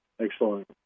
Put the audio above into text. Excellent